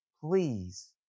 please